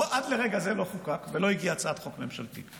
עד לרגע זה לא חוקק ולא הגיעה הצעת חוק ממשלתית.